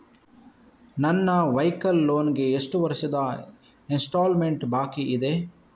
ನನ್ನ vehicle loan ಗೆ ಎಷ್ಟು ವರ್ಷದ ಇನ್ಸ್ಟಾಲ್ಮೆಂಟ್ ಬಾಕಿ ಇದೆ?